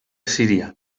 síria